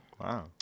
Wow